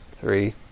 three